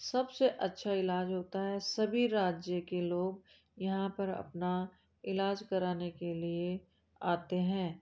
सब से अच्छा इलाज होता है सभी राज्य के लोग यहाँ पर अपना इलाज कराने के लिए आते हैं